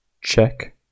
check